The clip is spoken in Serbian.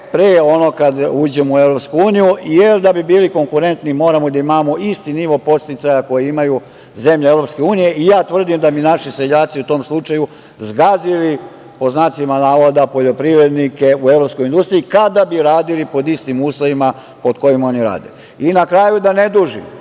pre ono kad uđemo u EU, jer da bi bili konkurentni, moramo da imamo isti nivo podsticaja koji imaju zemlje EU. Ja tvrdim da bi naši seljaci u tom slučaju zgazili, pod znacima navoda, poljoprivrednike u evropskoj industriji kada bi radili pod istim uslovima pod kojima oni rade. Na kraju, da ne dužim,